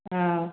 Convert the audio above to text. ஆ